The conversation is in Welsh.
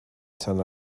tan